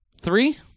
Three